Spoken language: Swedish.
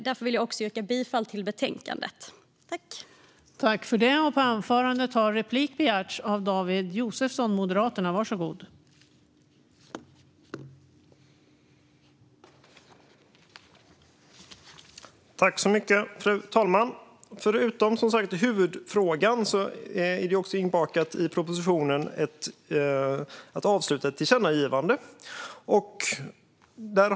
Därför vill jag yrka bifall till förslaget i betänkandet.